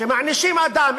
שמענישים אדם,